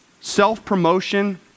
Self-promotion